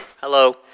Hello